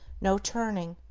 no turning,